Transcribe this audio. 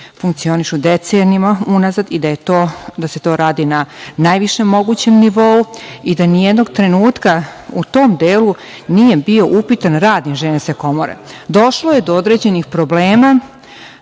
funkcionišu decenijama unazad i da se to radi na najvišem mogućem nivou i da ni jedno trenutka u tom delu nije bio upitan rad inženjerske komore. Došlo je do određenih problema